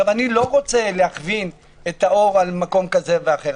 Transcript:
אני לא רוצה לכוון את האור למקום כזה ואחר,